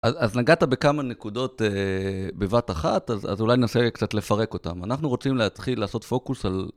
אז נגעת בכמה נקודות בבת אחת, אז אולי ננסה קצת לפרק אותם. אנחנו רוצים להתחיל לעשות פוקוס על...